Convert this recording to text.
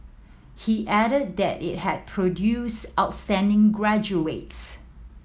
he added that it had produced outstanding graduates